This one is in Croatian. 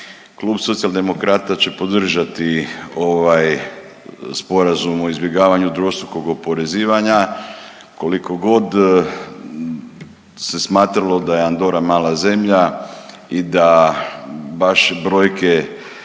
Klub Socijaldemokrata će podržati ovaj Sporazum o izbjegavanju dvostrukog oporezivanja kolikog se smatralo da je Andora mala zemlja i da baš brojke